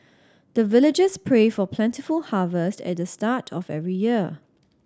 the villagers pray for plentiful harvest at the start of every year